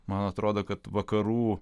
man atrodo kad vakarų